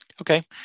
Okay